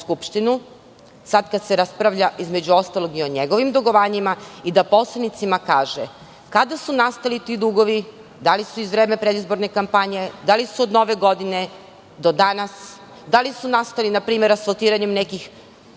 sada kada se raspravlja, između ostalog, i o njegovim dugovanjima i da poslanicima kaže kada su nastali ti dugovi, da li su iz vremena predizborne kampanje, da li su od nove godine do danas, da li su nastali npr. asfaltiranjem nekih